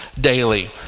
daily